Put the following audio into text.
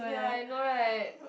ya I know right